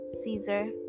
caesar